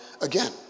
again